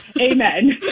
Amen